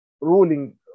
ruling